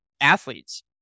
athletes